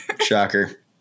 Shocker